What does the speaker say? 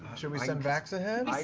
should we send vax ahead?